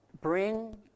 bring